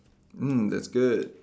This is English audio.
mm that's good